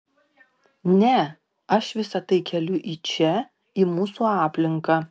ne aš visa tai keliu į čia į mūsų aplinką